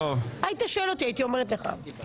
הייתי שואל אותי, הייתי אומרת לך.